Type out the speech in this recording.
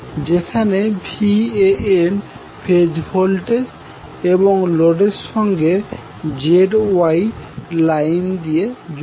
যেখানে Van phase voltage এবং লোডের সঙ্গে ZY লাইন দিয়ে যুক্ত